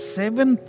seven